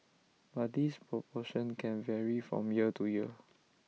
but this proportion can vary from year to year